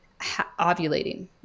ovulating